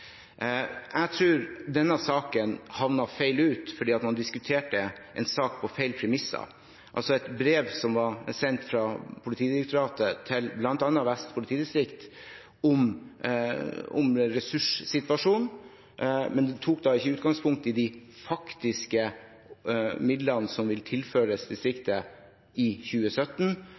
Jeg tror denne saken kom feil ut fordi man diskuterte en sak på feil premisser. Et brev om ressurssituasjonen var sendt fra Politidirektoratet til bl.a. Vest politidistrikt, men det tok ikke utgangspunkt i de faktiske midlene som vil tilføres distriktet i 2017,